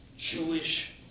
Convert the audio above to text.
Jewish